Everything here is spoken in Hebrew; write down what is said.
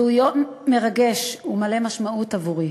זהו יום מרגש ומלא משמעות עבורי.